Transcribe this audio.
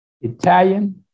Italian